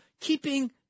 keeping